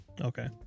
okay